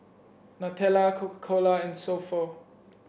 Nutella Coca Cola and So Pho